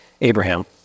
Abraham